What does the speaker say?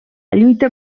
lluita